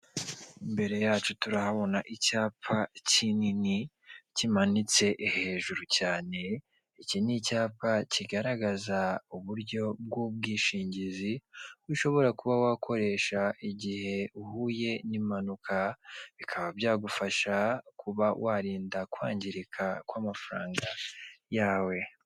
Imbere yacu turahabona icyapa kinini, kimanitse hejuru cyane. Iki ni icyapa kigaragaza uburyo bw'ubwishingizi, ushobora kuba wakoresha igihe uhuye n'impanuka, bikaba byagufasha kuba warinda kwangirika kw'amafaranga yawe.